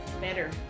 better